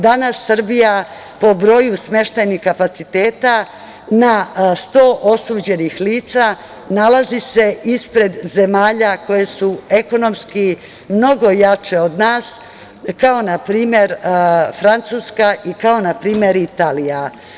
Danas Srbija po broju smeštajnih kapaciteta na 100 osuđenih lica nalazi se ispred zemalja koje su ekonomski mnogo jače od nas, kao na primer Francuska, kao na primer Italija.